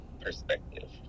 perspective